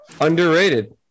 underrated